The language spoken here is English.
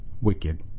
wicked